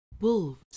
wolves